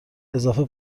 اضافه